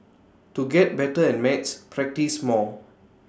to get better at maths practise more